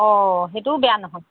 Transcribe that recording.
অ সেইটোও বেয়া নহয়